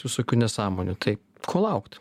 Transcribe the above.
visokių nesąmonių tai ko laukt